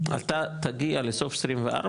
אתה תגיע לסוף 24,